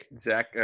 Zach